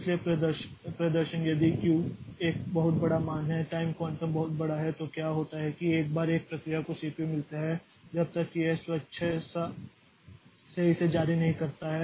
इसलिए प्रदर्शन यदि q एक बहुत बड़ा मान है टाइम क्वांटम बहुत बड़ा है तो क्या होता है कि एक बार एक प्रक्रिया को सीपीयू मिलता है और जब तक कि यह स्वेच्छा से इसे जारी नहीं करता है